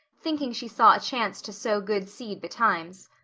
thinking she saw a chance to sow good seed betimes.